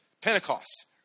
Pentecost